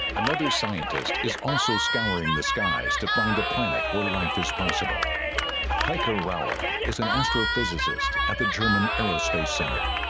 another scientist is also scouring the skies to find a planet where life is possible hiker hour is an astrophysicist at the german aerospace center